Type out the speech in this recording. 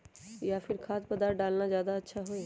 या फिर खाद्य पदार्थ डालना ज्यादा अच्छा होई?